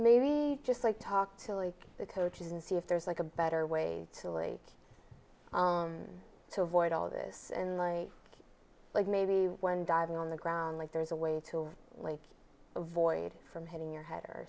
maybe just like to talk to like the coaches and see if there's like a better way to really to avoid all this and i like maybe one diving on the ground like there's a way to avoid from hitting your head or